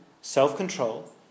Self-control